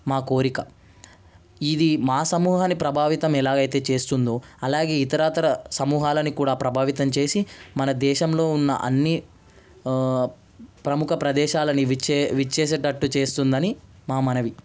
మా కోరిక ఇది మా సమూహాన్ని ప్రభావితం ఎలాగైతే చేస్తుందో అలాగే ఇతరతర సమూహాలని కూడా ప్రభావితం చేసి మన దేశంలో ఉన్న అన్ని ప్రముఖ ప్రదేశాలను విచ్చే విచ్చేసేటట్టు చేస్తుందని మా మనవి